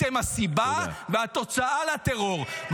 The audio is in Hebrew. אתם הסיבה והתוצאה לטרור.